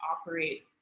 operate